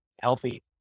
healthy